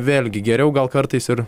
vėlgi geriau gal kartais ir